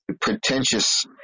pretentious